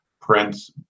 Prince